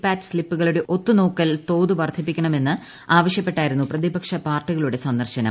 പാറ്റ് സ്തിപ്പുകളുടെ ഒത്തുനോക്കൽതോത് വർദ്ധിപ്പിക്കണമെന്ന് ആവശ്യപ്പെട്ടായിരുന്നു പ്രതിപക്ഷ പാർട്ടികളുടെ സന്ദർശനം